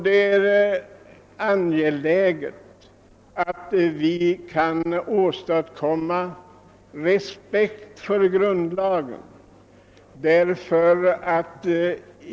Det är viktigt att vi skapar respekt för grundlagarna.